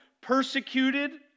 persecuted